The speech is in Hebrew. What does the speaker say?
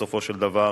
בסופו של דבר,